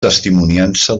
testimoniança